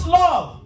love